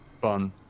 fun